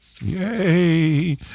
Yay